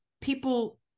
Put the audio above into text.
people